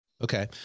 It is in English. Okay